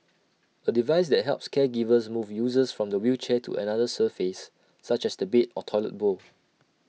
A device that helps caregivers move users from the wheelchair to another surface such as the bed or toilet bowl